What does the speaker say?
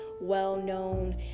well-known